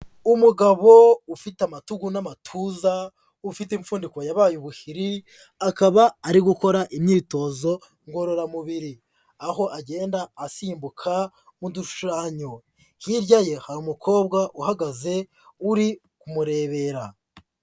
Umugabo ufite amatugu n'amatuza, ufite impfundiko yabaye ubuhiri, akaba ari gukora imyitozo ngororamubiri, aho agenda asimbuka mu dushushanyo, hirya ye hari umukobwa uhagaze uri kumurebera.